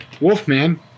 Wolfman